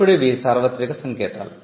ఇప్పుడు ఇవి సార్వత్రిక సంకేతాలు